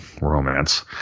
romance